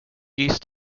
east